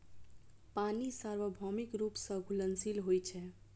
पानि सार्वभौमिक रूप सं घुलनशील होइ छै